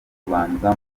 kubanza